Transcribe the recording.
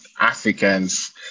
Africans